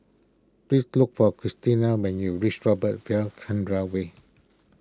please look for Cristina when you reach Robert V Chandran Way